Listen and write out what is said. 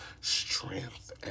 strength